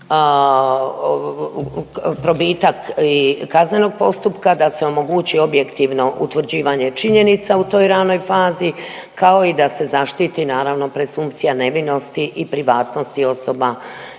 probitak i kaznenog postupka, da se omogući objektivno utvrđivanje činjenica u toj ranoj fazi, kao i da se zaštiti naravno presumpcija nevinosti i privatnosti osoba